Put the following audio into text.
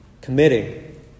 committing